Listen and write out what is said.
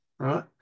right